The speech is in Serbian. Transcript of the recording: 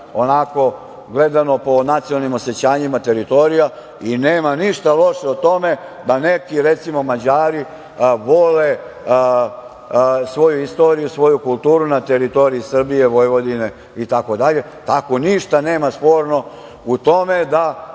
onako gledano po nacionalnim osećanjima teritorija i nema ništa loše u tome da neki, recimo Mađari vole svoju istoriju, svoju kulturu na teritoriji Srbije, Vojvodine itd. Tako ništa nema sporno u tome da